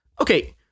okay